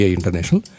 International